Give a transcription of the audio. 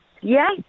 yes